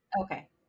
Okay